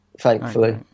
thankfully